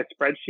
spreadsheet